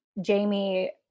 Jamie